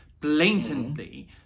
blatantly